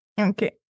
Okay